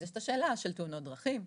ויש שם שאלה לגבי תאונות דרכים,